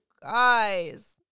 guys